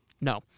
No